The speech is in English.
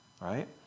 right